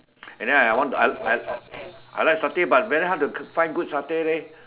and then I want to I I I I like satay but very hard to find good satay leh